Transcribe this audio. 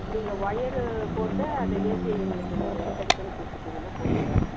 நீங்கள் வொயரு போட்டு அந்த ஏசியை எங்களுக்கு நீங்கள் சரி பண்ணி கொடுத்துட்டீங்கன்னா போதுங்க